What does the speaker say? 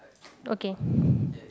okay